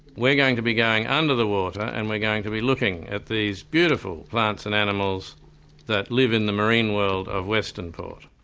we're going to be going under the water and we're going to be looking at these beautiful plants and animals that live in the marine world of western port.